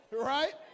Right